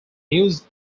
news